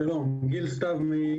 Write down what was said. שלום, אני מישראייר.